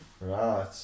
Right